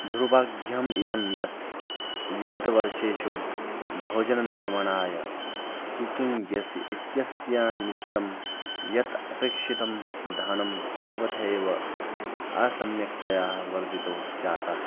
दुर्भाग्यम् इदं यत् विगतवर्षेषु भोजनं निर्मणाय कुकिङ्ग् गेस् इत्यस्य निमित्तं यत् अपेक्षितं धनं सर्वथैव असम्यक्तया वर्धितो जातः